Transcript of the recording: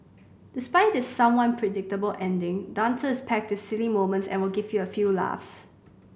despite its someone predictable ending dancer is packed with silly moments and will give you a few laughs